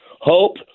Hope